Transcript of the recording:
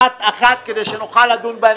עוד הפעם מביאים לנו בהעברה תקציבית חלק מדברים.